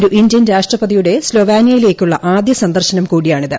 ഒരു ഇന്ത്യൻ രാഷ്ട്രപതിയൂടെ സ്ലൊവ്വീനിയയിലേക്കുള്ള ആദ്യ സന്ദർശനം കൂടിയാണ് ഇത്